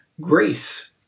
Grace